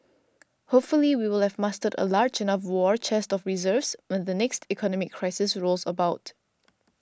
hopefully we will have mustered a large enough war chest of reserves when the next economic crisis rolls about